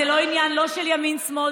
זה לא עניין של ימין שמאל,